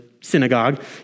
synagogue